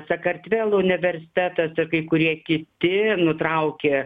sakartvelo universitetas ir kai kurie kiti nutraukė